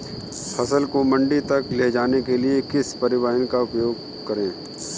फसल को मंडी तक ले जाने के लिए किस परिवहन का उपयोग करें?